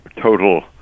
total